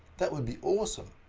that would be awesome.